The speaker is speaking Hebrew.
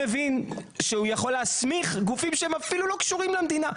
אלא שהוא גם יכול להסמיך גופים שהם אפילו לא קשורים למדינה.